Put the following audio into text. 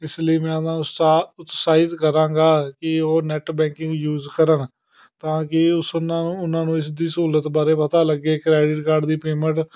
ਇਸ ਲਈ ਮੈਂ ਉਹਨਾ ਉਤਸਾ ਉਤਸ਼ਾਹਿਤ ਕਰਾਂਗਾ ਕਿ ਉਹ ਨੈੱਟ ਬੈਕਿੰਗ ਯੂਜ਼ ਕਰਨ ਤਾਂ ਕਿ ਉਸ ਉਹਨਾਂ ਉਹਨਾਂ ਨੂੰ ਇਸ ਦੀ ਸਹੂਲਤ ਬਾਰੇ ਪਤਾ ਲੱਗੇ ਕ੍ਰੈਡਿਟ ਕਾਰਡ ਦੀ ਪੇਮੈਂਟ